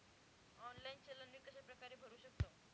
Online चलन मी कशाप्रकारे भरु शकतो?